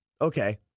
okay-